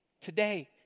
today